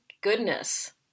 goodness